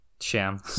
sham